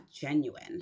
genuine